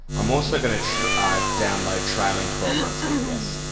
i'm also going to download trailing twelve months eps